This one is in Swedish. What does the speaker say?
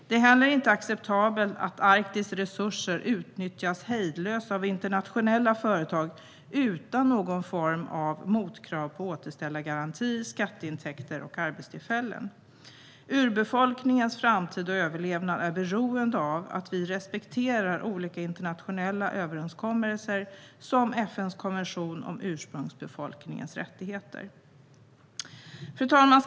Det är heller inte acceptabelt att Arktis resurser utnyttjas hejdlöst av internationella företag utan någon form av motkrav på återställargaranti, skatteintäkter och arbetstillfällen. Urbefolkningens framtid och överlevnad är beroende av att vi respekterar olika internationella överenskommelser, såsom FN:s deklaration om ursprungsbefolkningars rättigheter. Fru talman!